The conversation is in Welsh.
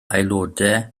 aelodau